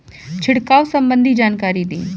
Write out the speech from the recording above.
छिड़काव संबंधित जानकारी दी?